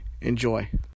Enjoy